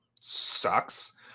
sucks